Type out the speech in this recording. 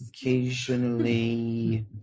occasionally